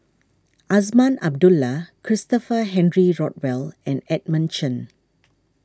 Azman Abdullah Christopher Henry Rothwell and Edmund Chen